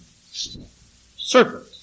serpent